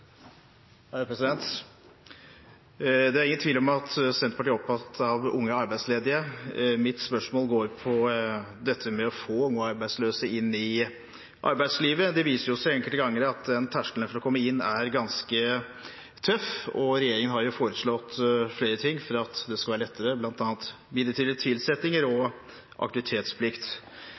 opp, president! Representanten Per Olaf Lundteigen har tatt opp de forslagene har refererte til. Det blir replikkordskifte. Det er ingen tvil om at Senterpartiet er opptatt av unge arbeidsledige. Mitt spørsmål går på det å få unge arbeidsløse inn i arbeidslivet. Det viser seg enkelte ganger at terskelen for å komme inn er ganske høy, og regjeringen har foreslått flere ting for at det skal være lettere, bl.a. midlertidige tilsettinger og aktivitetsplikt.